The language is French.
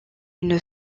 une